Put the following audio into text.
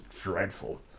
dreadful